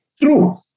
true